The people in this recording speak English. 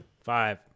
Five